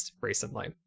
recently